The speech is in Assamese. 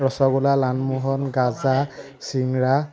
ৰসগোল্লা লালমোহন গাজা চিংৰা